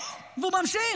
והוא ממשיך